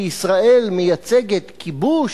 כי ישראל מייצגת כיבוש,